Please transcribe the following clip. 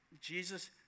Jesus